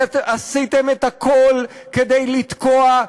אתם עשיתם את הכול כדי לתקוע,